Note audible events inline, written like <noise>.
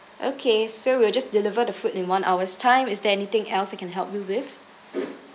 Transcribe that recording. okay so we'll just deliver the food in one hour's time is there anything else I can help you with <noise>